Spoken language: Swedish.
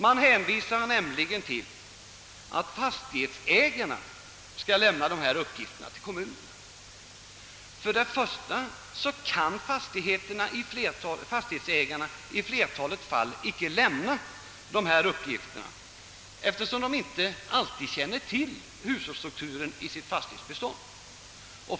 Man säger att fastighetsägarna skall lämna dessa uppgifter till kommunerna. För det första kan fastighetsägarna i flertalet fall inte lämna dessa uppgifter, eftersom de inte alltid känner till hushållsstrukturen i sitt fastighetsbestånd.